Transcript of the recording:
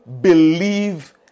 believe